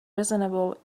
reasonable